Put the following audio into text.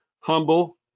humble